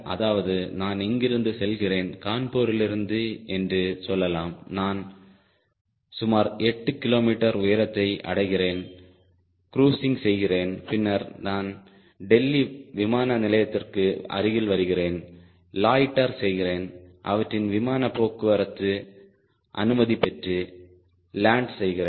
அதாவது நான் இங்கிருந்து செல்கிறேன் கான்பூரிலிருந்து என்று சொல்லலாம் நான் சுமார் 8 கிலோமீட்டர் உயரத்தை அடைகிறேன் க்ரூஸிங் செய்கிறேன் பின்னர் நான் டெல்லி விமான நிலையத்திற்கு அருகில் வருகிறேன் லொய்ட்டர் செய்கிறேன் அவற்றின் விமான போக்குவரத்து அனுமதி பெற்று லேண்ட் செய்கிறேன்